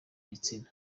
gitsina